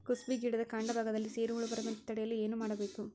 ಕುಸುಬಿ ಗಿಡದ ಕಾಂಡ ಭಾಗದಲ್ಲಿ ಸೀರು ಹುಳು ಬರದಂತೆ ತಡೆಯಲು ಏನ್ ಮಾಡಬೇಕು?